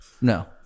No